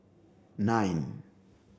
nine